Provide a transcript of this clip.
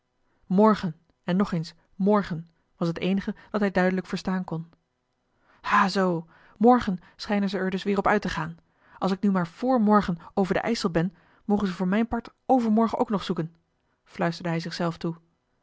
morgen en nog eens morgen was het eenige dat hij duidelijk verstaan kon ha zoo morgen schijnen ze er dus weer op uit te gaan als ik nu maar vr morgen over den ijsel ben mogen ze voor mijn part overmorgen ook nog zoeken fluisterde hij zich zelf toe